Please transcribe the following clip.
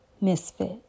Misfit